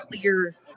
clear